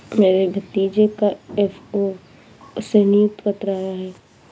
मेरे भतीजे का एफ.ए.ओ से नियुक्ति पत्र आया है